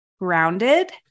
grounded